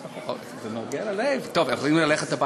אני,